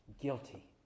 guilty